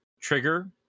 trigger